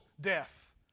death